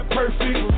perfect